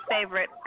favorite